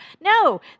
no